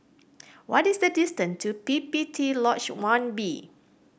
what is the distance to P P T Lodge One B